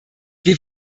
wir